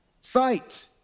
sight